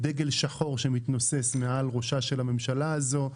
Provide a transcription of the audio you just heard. דגל שחור שמתנוסס מעל ראשה של הממשלה הזאת,